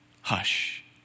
Hush